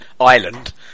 Island